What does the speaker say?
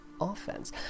offense